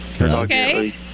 Okay